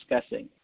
discussing